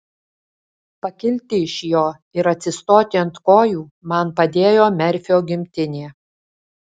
pakilti iš jo ir atsistoti ant kojų man padėjo merfio gimtinė